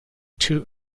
two